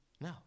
No